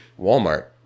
Walmart